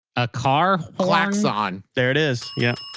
a car horn klaxon there it is. yeah.